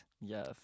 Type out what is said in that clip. yes